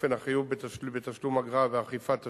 (אופן החיוב בתשלום אגרה ואכיפת תשלומים),